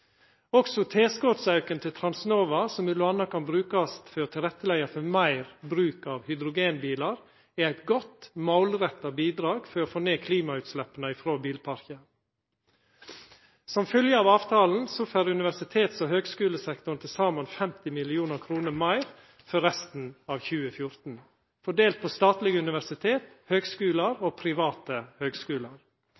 tilskotsauken til Transnova, som m.a. kan brukast for å leggja til rette for meir bruk av hydrogenbilar, er eit godt, målretta bidrag for å få ned klimautsleppa frå bilparken. Som følgje av avtalen får universitets- og høgskulesektoren til saman 50 mill. kr meir for resten av 2014, fordelt på statlege universitet og høgskular